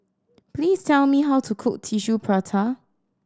please tell me how to cook Tissue Prata